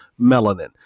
melanin